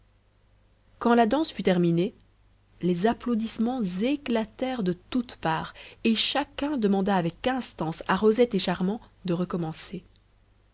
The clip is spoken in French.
quand la danse fut terminée les applaudissements éclatèrent de toute part et chacun demanda avec instance à rosette et charmant de recommencer